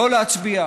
שלא להצביע.